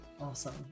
Awesome